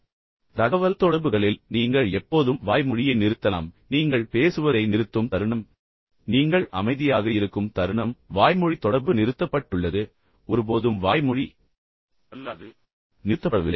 எனவே தகவல்தொடர்புகளில் நீங்கள் எப்போதும் வாய்மொழியை நிறுத்தலாம் நீங்கள் பேசுவதை நிறுத்தும் தருணம் நீங்கள் அமைதியாகவும் நிதானமாகவும் இருக்கும் தருணம் எனவே வாய்மொழி தொடர்பு நிறுத்தப்பட்டுள்ளது ஆனால் ஒருபோதும் வாய்மொழி அல்லாதது நிறுத்தப்படவில்லை